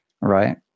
Right